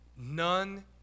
None